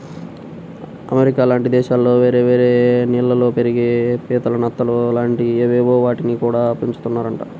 America లాంటి దేశాల్లో వేరే వేరే నీళ్ళల్లో పెరిగే పీతలు, నత్తలు లాంటి అవేవో వాటిని గూడా పెంచుతున్నారంట